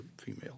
female